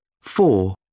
Four